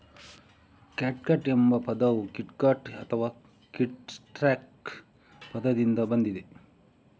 catgut ಎಂಬ ಪದವು kitgut ಅಥವಾ ಕಿಟ್ಸ್ಟ್ರಿಂಗ್ ಪದದಿಂದ ಬಂದಿದೆ